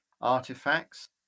artifacts